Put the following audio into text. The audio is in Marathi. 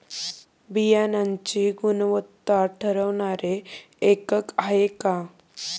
बियाणांची गुणवत्ता ठरवणारे एकक आहे का?